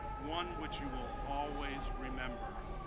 one which you will always remember.